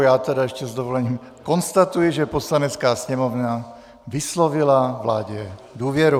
Já ještě s dovolením konstatuji, že Poslanecká sněmovna vyslovila vládě důvěru.